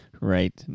Right